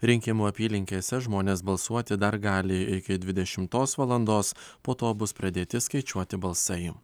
rinkimų apylinkėse žmonės balsuoti dar gali iki dvidešimtos valandos po to bus pradėti skaičiuoti balsai